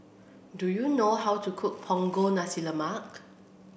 do you know how to cook Punggol Nasi Lemak